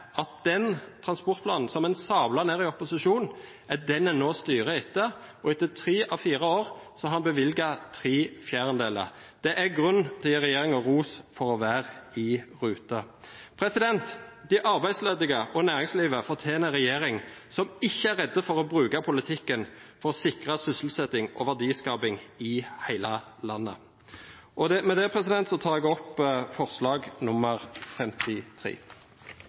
at den transportplanen som en sablet ned i opposisjon, er den en nå styrer etter, og etter tre av fire år har en bevilget tre fjerdedeler. Det er grunn til å gi regjeringen ros for å være i rute. De arbeidsledige og næringslivet fortjener en regjering som ikke er redd for å bruke politikken for å sikre sysselsetting og verdiskaping i hele landet. Med det tar jeg opp forslag nr. 53.